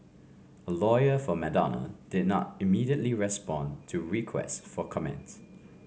a lawyer for Madonna did not immediately respond to requests for comments